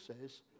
says